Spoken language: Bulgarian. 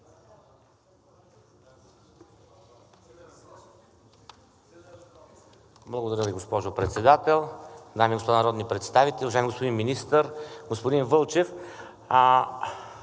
Благодаря Ви, госпожо Председател. Дами и господа народни представители, уважаеми господин министър, господин Вълчев!